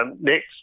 next